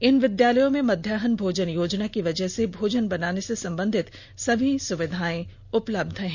इन विद्यालयों में मध्याह्न भोजन योजना की वजह से भोजन बनाने से संबंधित सभी सुविधाएं उपलब्ध हैं